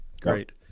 Great